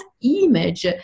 image